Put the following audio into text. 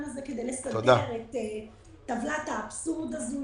הזה כדי לסדר את טבלת האבסורד הזאת.